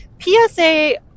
PSA